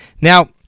Now